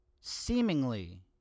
seemingly